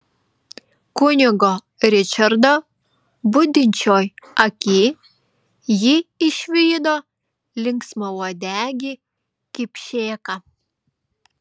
kunigo ričardo budinčioj aky ji išvydo linksmauodegį kipšėką